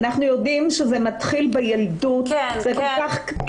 אנחנו יודעים שזה מתחיל בילדות וזה מאוד קריטי.